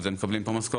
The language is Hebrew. על זה מקבלים פה משכורות.